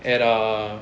and err